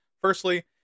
Firstly